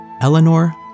Eleanor